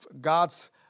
god's